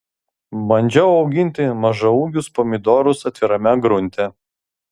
bandžiau auginti mažaūgius pomidorus atvirame grunte